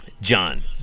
John